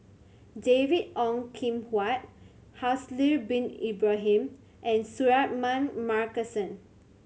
David Ong Kim Huat Haslir Bin Ibrahim and Suratman Markasan